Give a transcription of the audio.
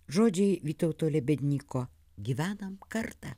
žodžiai vytauto lebednyko gyvenam kartą